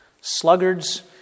sluggards